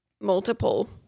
multiple